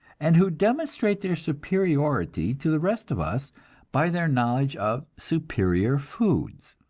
and who demonstrate their superiority to the rest of us by their knowledge of superior foods,